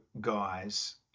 guys